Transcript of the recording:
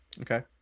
Okay